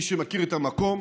איש שמכיר את המקום,